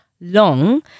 long